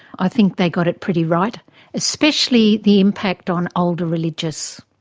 i think they got it pretty right especially the impact on older religious.